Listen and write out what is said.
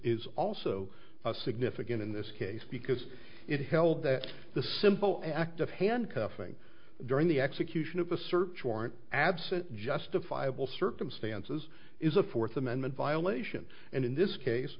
is also significant in this case because it held that the simple act of handcuffing during the execution of a search warrant absent justifiable circumstances is a fourth amendment violation and in this case